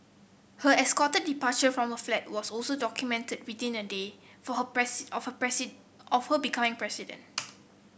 her escorted departure from her flat was also documented within a day for her of her of her becoming president